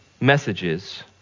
messages